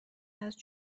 است